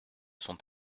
sont